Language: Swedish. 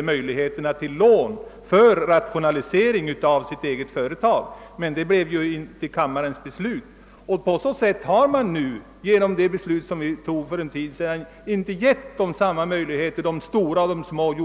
om möjligheterna att få lån till rationa lisering. Detta blev emellertid inte kammarens beslut, och därigenom har de stora och små jordbruksenheterna inte fått samma möjligheter till rationaliseringslån.